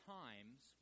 times